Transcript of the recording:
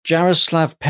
Jaroslav